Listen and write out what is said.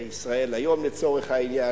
"ישראל היום" לצורך העניין,